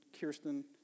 Kirsten